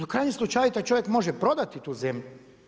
U krajnjem slučaju tak čovjek može prodati tu zemlju.